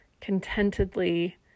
contentedly